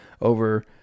over